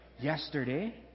yesterday